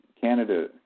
Canada